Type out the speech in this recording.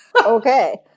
Okay